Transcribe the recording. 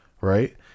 right